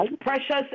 precious